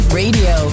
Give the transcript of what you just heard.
radio